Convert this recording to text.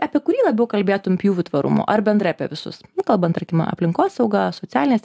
apie kurį labiau kalbėtum pjūvių tvarumo ar bendrai apie visus kalbant tarkim aplinkosaugą socialines